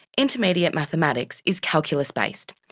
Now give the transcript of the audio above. intermediate mathematics is calculus-based,